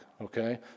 Okay